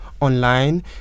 Online